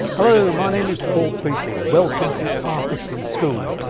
hello, my name is paul priestley, welcome to artist in school,